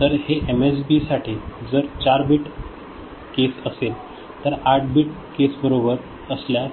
तर हे एमएसबीसाठी जर हे 4 बिट केस असेल तर 8 बिट केस बरोबर असल्यास